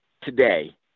today